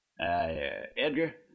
Edgar